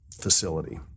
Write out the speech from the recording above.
facility